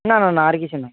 না না না আর কিছু না